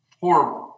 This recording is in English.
horrible